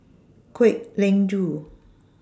Kwek Leng Joo